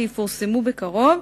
שיפורסמו בקרוב,